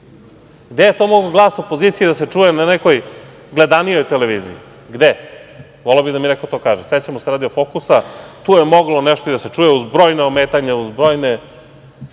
Gde je to mogao glas opozicije da se čuje na nekoj gledanijoj televiziji, gde, voleo bih da mi to neko kaže? Sećamo se radio „Fokusa“, tu je moglo nešto i da se čuje, uz brojno ometanje, uz brojne